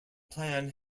plan